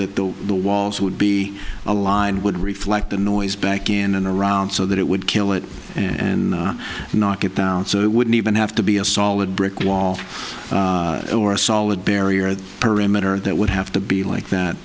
that the walls would be aligned would reflect the noise back in and around so that it would kill it and knock it down so it wouldn't even have to be a solid brick wall or a solid barrier the perimeter that would have to be like that